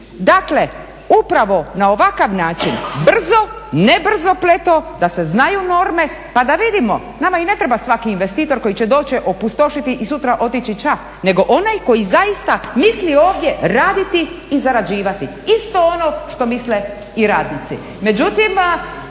Dakle, upravo na ovakav način, brzo, ne brzopleto da se znaju norme, pa da vidimo, nama i ne treba svaki investitor koji će doći i opustošiti i sutra otići ča, nego onaj koji zaista misli ovdje raditi i zarađivati, isto ono što misle i radnici.